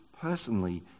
personally